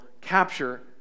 capture